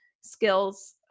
skills